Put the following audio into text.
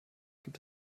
gibt